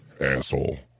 asshole